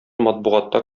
матбугатта